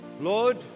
Lord